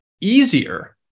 easier